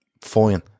fine